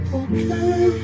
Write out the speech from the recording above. okay